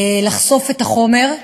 לחשוף את החומר,